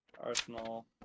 Arsenal